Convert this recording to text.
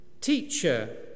teacher